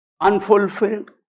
unfulfilled